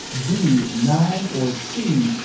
b, nine, or c,